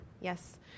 Yes